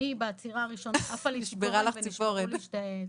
אני בעצירה הראשונה עפה לי היד ונשברו לי שתי ציפורניים.